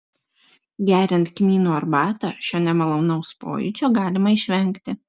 geriant kmynų arbatą šio nemalonaus pojūčio galima išvengti